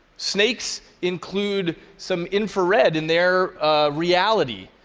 snakes include some infrared in their reality,